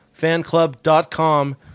fanclub.com